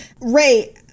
Ray